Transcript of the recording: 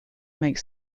makes